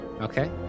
Okay